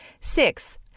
Sixth